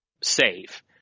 save